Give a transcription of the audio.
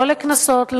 לא לקנסות,